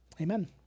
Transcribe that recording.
amen